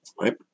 right